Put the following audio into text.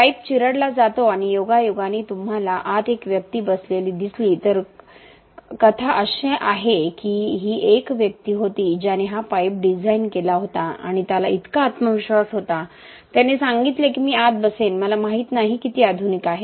pipe चिरडला जातो आणि योगायोगाने तुम्हाला आत एक व्यक्ती बसलेली दिसली तर कथा अशी आहे की ही एक व्यक्ती होती ज्याने हा पाईप डिझाइन केला होता आणि त्याला इतका आत्मविश्वास होता त्याने सांगितले की मी आत बसेन मला माहित नाही किती आधुनिक आहेत